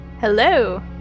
Hello